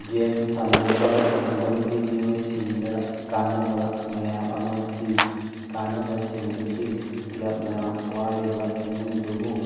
game ꯁꯥꯟꯅꯕ ꯈꯨꯡꯒꯪꯒꯤ ꯃꯤꯑꯣꯏꯁꯤꯡꯗ ꯀꯥꯟꯅꯕ ꯃꯌꯥꯝ ꯑꯃ ꯄꯤ ꯀꯥꯟꯅꯕꯁꯤꯡꯗꯨꯗꯤ ꯀ꯭ꯂꯕꯅ ꯋꯥꯔꯤꯕ ꯏꯃꯨꯡꯗꯨꯕꯨ